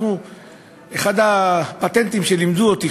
אחד הפטנטים שלימדו אותי,